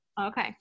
Okay